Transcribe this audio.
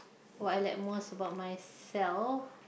what I like most about myself